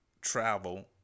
travel